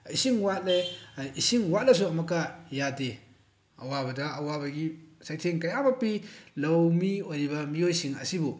ꯏꯁꯤꯡ ꯋꯥꯠꯂꯦ ꯏꯁꯤꯡ ꯋꯥꯠꯂꯁꯨ ꯑꯃꯨꯛꯀ ꯌꯥꯗꯦ ꯑꯋꯥꯕꯗ ꯑꯋꯥꯕꯒꯤ ꯆꯩꯊꯦꯡ ꯀꯌꯥ ꯑꯃ ꯄꯤ ꯂꯧꯃꯤ ꯑꯣꯏꯔꯤꯕ ꯃꯤꯑꯣꯏꯁꯤꯡ ꯑꯁꯤꯕꯨ